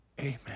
Amen